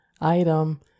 item